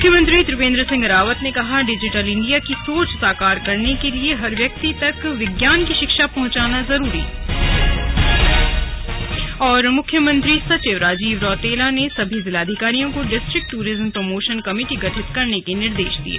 मुख्यमंत्री त्रिवेंद्र सिंह रावत ने कहा डिजिटल इंडिया की सोच साकार करने के लिए हर व्यक्ति तक विज्ञान की शिक्षा पहुंचाना जरूरी मुख्यमंत्री सचिव राजीव रौतेला ने सभी जिलाधिकारियों को डिस्ट्रिक्ट टूरिज्म प्रमोशन कमेटी गठित करने के निर्देश दिये